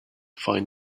find